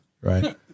right